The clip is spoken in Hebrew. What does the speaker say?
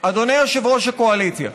אדוני יושב-ראש הקואליציה,